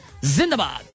Zindabad